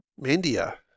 Mandia